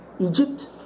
Egypt